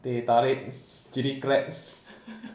teh tarik chilli crab